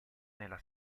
nella